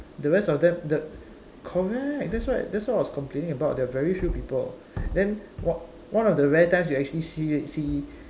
the rest of them the correct that's why that's what I was complaining about there are very few people then one one of the rare times you actually see see